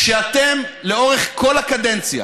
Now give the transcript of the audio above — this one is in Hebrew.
כשאתם לאורך כל הקדנציה